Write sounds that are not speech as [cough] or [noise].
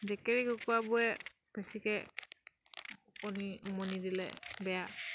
[unintelligible] কুকুৰাবোৰে বেছিকৈ কণী উমনি দিলে বেয়া